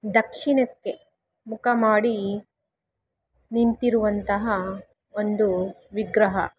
ದಕ್ಷಿಣಕ್ಕೆ ಮುಖ ಮಾಡಿ ನಿಂತಿರುವಂತಹ ಒಂದು ವಿಗ್ರಹ